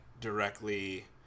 directly